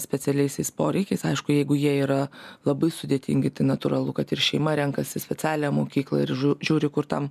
specialiaisiais poreikiais aišku jeigu jie yra labai sudėtingi tai natūralu kad ir šeima renkasi specialią mokyklą ir žiū žiūri kur tam